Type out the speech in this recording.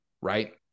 right